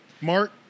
Mark